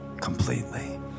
completely